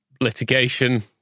Litigation